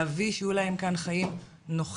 להביא שיהיו להם כאן חיים נוחים,